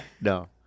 No